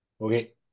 Okay